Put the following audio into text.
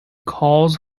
calls